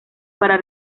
para